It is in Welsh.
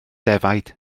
defaid